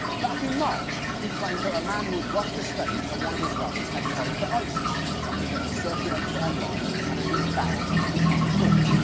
back in march, he claimed that a man who'd rushed the stage at one of his rallies had ties to isis, something that had circulated online and had been found to be untrue.